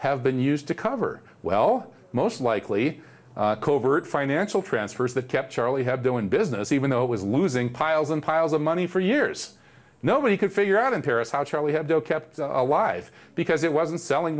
have been used to cover well most likely covert financial transfers that kept charlie hebdo in business even though it was losing piles and piles of money for years nobody could figure out in paris how charlie hebdo kept alive because it wasn't selling